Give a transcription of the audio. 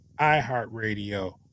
iHeartRadio